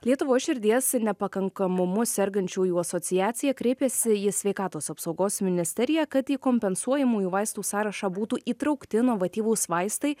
lietuvos širdies nepakankamumu sergančiųjų asociacija kreipėsi į sveikatos apsaugos ministeriją kad į kompensuojamųjų vaistų sąrašą būtų įtraukti novatyvūs vaistai